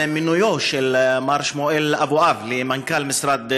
מינויו של מר שמואל אבואב למנכ"ל משרד החינוך.